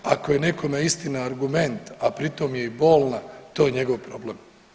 Ako je nekome istina argument, a pri tom je i bolna to je njegov problem.